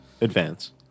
advance